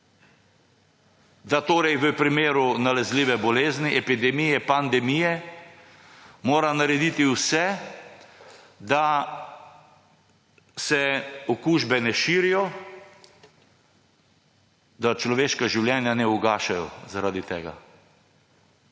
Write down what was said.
Da torej mora v primeru nalezljive bolezni, epidemije, pandemije narediti vse, da se okužbe ne širijo, da človeška življenja ne ugašajo zaradi tega.